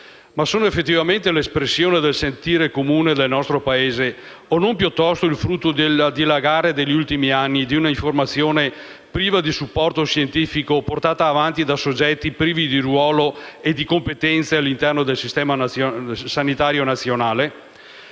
Ma sono effettivamente l'espressione del sentire comune del nostro Paese o piuttosto il frutto del dilagare negli ultimi anni di un'informazione priva di supporto scientifico, portata avanti da soggetti privi di ruolo e di competenze all'interno del Sistema sanitario nazionale?